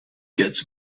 gets